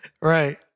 Right